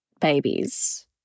babies